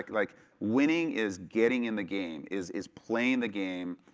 like winning is getting in the game, is is playing the game.